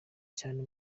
cyane